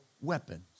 weapons